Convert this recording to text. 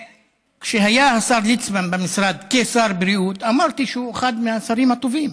כשהיה השר ליצמן במשרד כשר הבריאות אמרתי שהוא אחד השרים הטובים